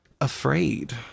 afraid